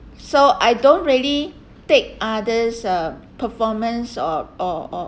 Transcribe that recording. so I don't really take others uh performance or or